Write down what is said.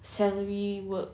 salary work